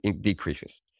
decreases